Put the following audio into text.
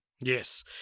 Yes